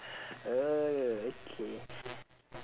oh okay